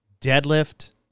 deadlift